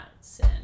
sin